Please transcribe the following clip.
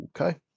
Okay